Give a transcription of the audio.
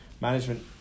management